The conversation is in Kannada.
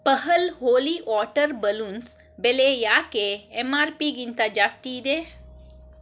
ಪಹಲ್ ಹೋಲಿ ವಾಟರ್ ಬಲೂನ್ಸ್ ಬೆಲೆ ಯಾಕೆ ಎಂ ಆರ್ ಪಿಗಿಂತ ಜಾಸ್ತಿ ಇದೆ